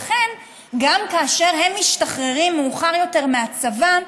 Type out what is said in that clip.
לכן, גם כאשר הם משתחררים מאוחר יותר מהצבא,